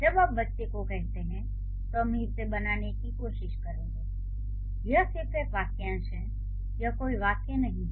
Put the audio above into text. जब आप "बच्चे" को कहते हैं तो हम इसे बनाने की कोशिश करेंगे यह सिर्फ एक वाक्यांश है यह कोई वाक्य नहीं है